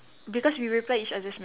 because we replied each other's